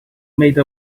made